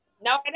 no